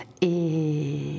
Et